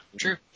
true